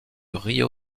rio